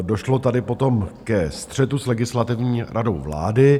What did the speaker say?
Došlo tady potom ke střetu s Legislativní radou vlády.